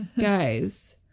guys